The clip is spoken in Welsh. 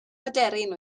aderyn